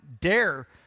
dare